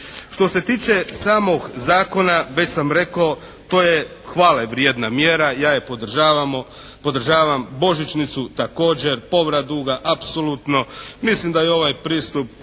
Što se tiče samog zakona već sam rekao to je hvale vrijedna mjera. Ja je podržavam. Božićnicu također. Povrat duga apsolutno. Mislim da je ovaj pristup